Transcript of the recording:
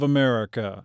America